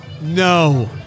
No